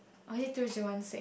or is it two zero one six